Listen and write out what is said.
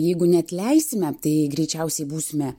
jeigu neatleisime tai greičiausiai būsime